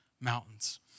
mountains